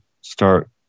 start